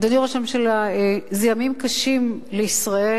אדוני ראש הממשלה, אלה ימים קשים לישראל,